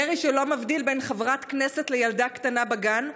ירי שלא מבדיל בין חברת כנסת לילדה קטנה בגן,